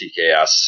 TKS